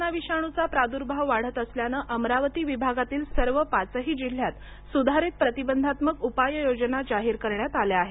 corona विषाणूचा प्रादुर्भाव वाढत असल्याने अमरावती विभागातील सर्व पाचही जिल्ह्यात सुधारित प्रतिबंधात्मक उपाययोजना जाहीर करण्यात आल्या आहेत